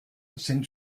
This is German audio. sind